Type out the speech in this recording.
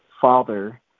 father